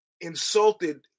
insulted